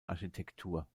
architektur